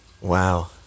wow